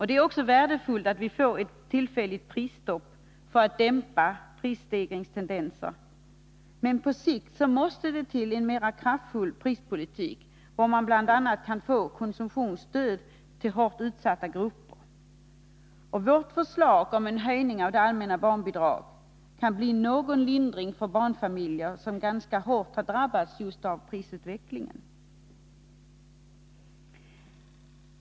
Det är också värdefullt att vi får ett tillfälligt prisstopp för att dämpa prisstegringstendenser, men på sikt måste det till en mera kraftfull prispolitik, där bl.a. konsumtionsstöd kan ges till hårt utsatta grupper. Vårt förslag om en höjning av det allmänna barnbidraget kan leda till en viss lindring för barnfamiljer som ganska hårt har drabbats just på grund av prisutvecklingen.